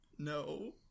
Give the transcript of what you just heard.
No